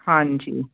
ਹਾਂਜੀ